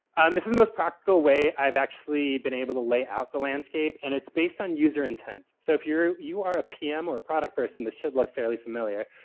this is the most practical way. i've actually been able to layout the landscape. and it's based on user intent. so, if you're you are a pm or product person, this should look fairly familiar.